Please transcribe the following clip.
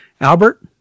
Albert